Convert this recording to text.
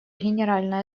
генеральная